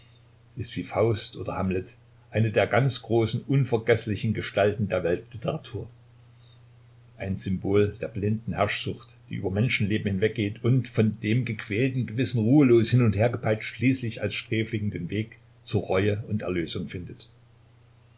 ist wie faust oder hamlet eine der ganz großen unvergeßlichen gestalten der weltliteratur ein symbol der blinden herrschsucht die über menschenleben hinweggeht und von dem gequälten gewissen ruhelos hin und her gepeitscht schließlich als sträfling den weg zur reue und erlösung findet